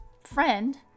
friend